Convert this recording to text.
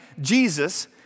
Jesus